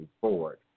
forward